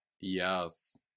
yes